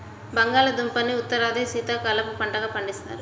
బంగాళాదుంపని ఉత్తరాదిలో శీతాకాలపు పంటగా పండిస్తారు